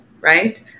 right